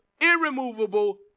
irremovable